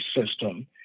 system